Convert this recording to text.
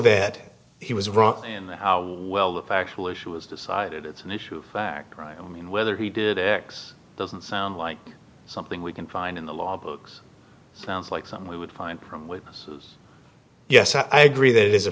that he was wrong and the how well the factual issue is decided it's an issue of fact right i mean whether he did x doesn't sound like something we can find in the law books sounds like something we would find from witnesses yes i agree that is a